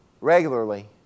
regularly